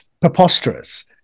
preposterous